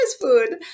food